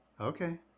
Okay